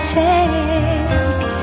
take